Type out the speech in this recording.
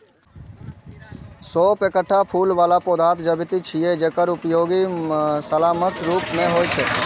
सौंफ एकटा फूल बला पौधाक प्रजाति छियै, जकर उपयोग मसालाक रूप मे होइ छै